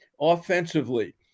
offensively